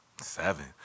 Seven